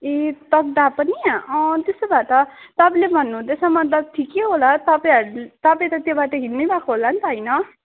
ए तक्दाह पनि त्यसो भए त तपाईँले भन्नु हुँदैछ मतलब ठिकै होला तपाईँहरूले तपाईँ त त्यो बाटो हिँड्नै भएको होला नि त होइन